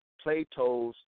Plato's